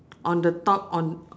on the top on